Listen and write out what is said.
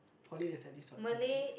poly is at least what thirty